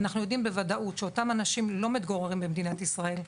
אנחנו יודעים בוודאות שאותם אנשים לא מתגוררים במדינת ישראל.